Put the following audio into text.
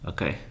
Okay